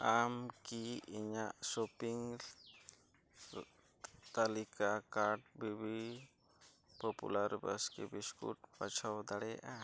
ᱟᱢ ᱠᱤ ᱤᱧᱟᱹᱜ ᱥᱚᱯᱤᱝ ᱛᱟᱞᱤᱠᱟ ᱠᱟᱨᱰ ᱵᱤᱵᱤ ᱯᱚᱯᱩᱞᱟᱨ ᱵᱮᱠᱟᱨᱤ ᱵᱤᱥᱠᱩᱴ ᱵᱟᱪᱷᱟᱣ ᱫᱟᱲᱮᱭᱟᱜᱼᱟ